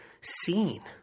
seen